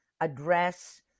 address